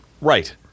Right